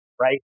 right